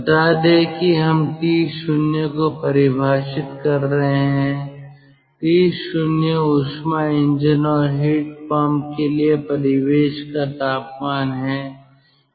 बता दें कि हम T0 को परिभाषित कर रहे हैं T0 ऊष्मा इंजन और हीट पंप के लिए परिवेश का तापमान है